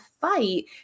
fight